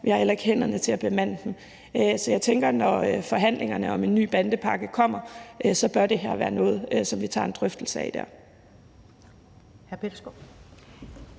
vi har heller ikke hænderne til at bemande dem. Så jeg tænker, at når forhandlingerne om en ny bandepakke kommer, bør det her været noget, som vi tager en drøftelse af dér.